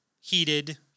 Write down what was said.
heated